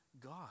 God